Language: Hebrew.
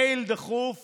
מייל דחוף